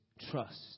trust